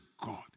God